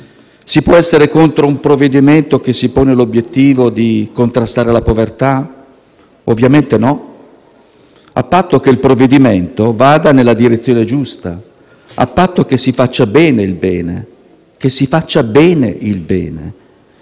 Si può essere contro un provvedimento che si pone l'obiettivo di contrastare la povertà? Ovviamente no, a patto che il provvedimento vada nella direzione giusta e che si faccia bene il bene. Si faccia bene il bene.